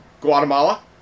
Guatemala